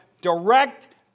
direct